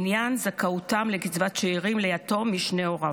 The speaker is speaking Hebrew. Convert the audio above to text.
בעניין זכאות לקצבת שאירים ליתום משני הוריו.